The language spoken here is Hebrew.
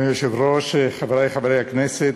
אדוני היושב-ראש, חברי חברי הכנסת,